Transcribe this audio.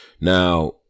Now